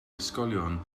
ysgolion